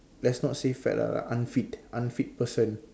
let not say fat lah unfit unfit person